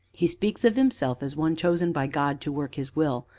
he speaks of himself as one chosen by god to work his will,